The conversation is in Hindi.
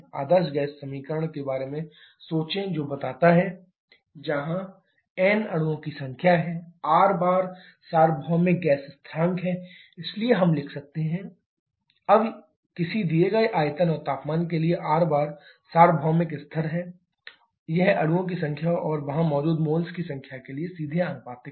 आदर्श गैस समीकरण के बारे में सोचें जो बताता है PVmRTnṜT जहां n अणुओं की संख्या है R bar सार्वभौमिक गैस स्थिरांक है इसलिए हम लिख सकते हैं PnṜTV अब किसी दिए गए आयतन और तापमान के लिए R bar सार्वभौमिक स्थिर है यह अणुओं की संख्या और वहां मौजूद मोल्स की संख्या के लिए सीधे आनुपातिक है